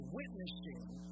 witnessing